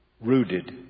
Rooted